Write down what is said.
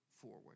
forward